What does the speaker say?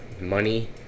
money